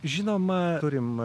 žinoma turim